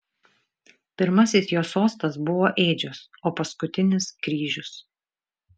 pirmasis jo sostas buvo ėdžios o paskutinis kryžius